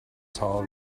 tall